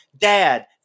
Dad